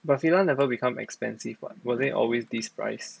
but Fila never become expensive [what] wasn't it always this price